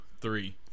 three